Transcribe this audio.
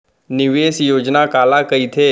निवेश योजना काला कहिथे?